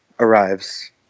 arrives